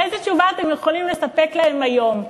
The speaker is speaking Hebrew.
איזו תשובה אתם יכולים לספק להם היום?